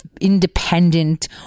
independent